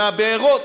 מהבארות,